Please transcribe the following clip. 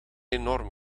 enorm